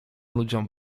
ludziom